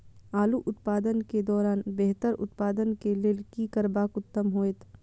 आलू उत्पादन के दौरान बेहतर उत्पादन के लेल की करबाक उत्तम होयत?